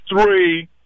three